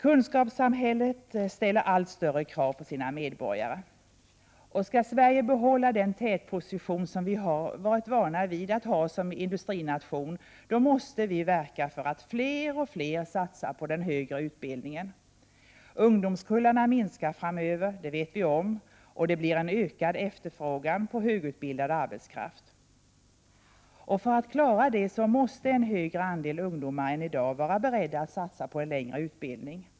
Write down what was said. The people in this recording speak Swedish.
Kunskapssamhället ställer allt större krav på sina medborgare. Skall Sverige behålla den tätposition vi har varit vana vid att ha som industrination, måste vi verka för att fler och fler satsar på den högre utbildningen. Ungdomskullarna minskar framöver. Det vet vi om. Det blir en ökad efterfrågan på högutbildad arbetskraft. För att klara det måste en större andel ungdomar än i dag vara beredda att satsa på en längre utbildning.